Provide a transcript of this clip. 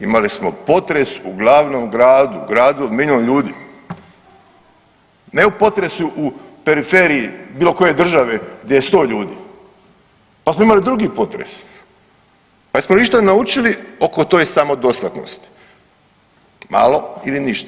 Imali smo potres u glavnom gradu, gradu od milijun ljudi, ne u potresu u periferiji bilo koje države gdje je 100 ljudi, pa smo imali drugi potres, pa jesmo li išta naučili oko toj samodostatnosti, malo ili ništa.